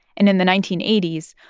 and in the nineteen eighty s,